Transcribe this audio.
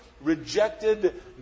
rejected